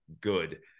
good